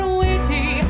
witty